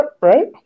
right